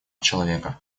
человека